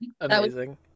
amazing